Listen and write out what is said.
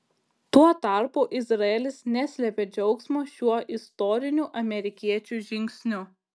tuo tarpu izraelis neslėpė džiaugsmo šiuo istoriniu amerikiečių žingsniu